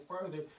further